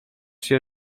się